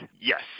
Yes